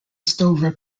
stover